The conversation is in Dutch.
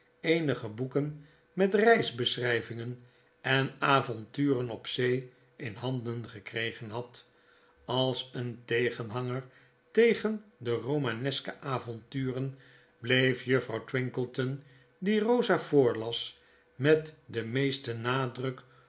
eenige boeken met reisbeschryvingen en avonturen op zee in handen gekregen had als een tegenhanger tegen de romaneske avonturen bleef juffrouw twinkleton die rosa voorlas met den meesten nadruk